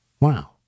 Wow